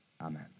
amen